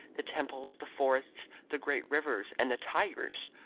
the temples, the forests, the great rivers, and the tigers.